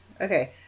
okay